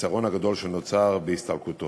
בחיסרון הגדול שנוצר בהסתלקותו.